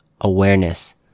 awareness